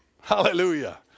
Hallelujah